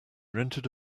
rented